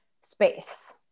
space